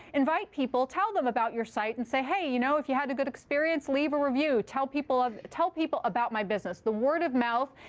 invite people. tell them about your site and say, hey. you know, if you had a good experience, leave a review. tell people tell people about my business. the word of mouth,